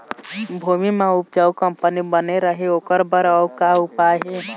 भूमि म उपजाऊ कंपनी बने रहे ओकर बर अउ का का उपाय हे?